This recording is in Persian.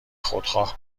خودخواه